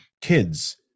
kids